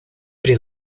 pri